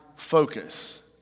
focus